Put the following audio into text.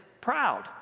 proud